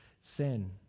sin